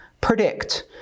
predict